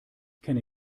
kenne